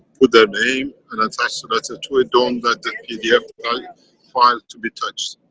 put their name and attach the letter to it, don't let the pdf ah yeah file to be touched.